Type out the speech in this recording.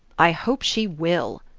i hope she will!